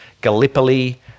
Gallipoli